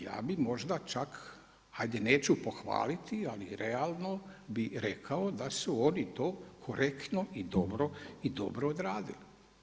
Ja bih možda čak, hajde neću pohvaliti ali realno bih rekao da su oni to korektno i dobro i dobro odradili.